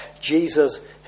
jesus